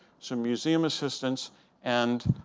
some museum assistants and